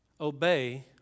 obey